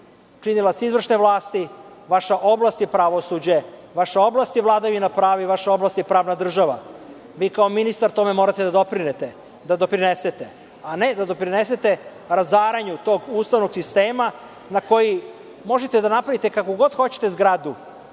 činilac izvršne vlasti, vaša oblast je pravosuđe, vaša oblast je vladavina prava i vaša oblast je pravna država. Vi kao ministar tome morate da doprinesete, a ne da doprinesete razaranju tog Ustavnog sistema na koji možete da napravite kakvu god hoćete zgradu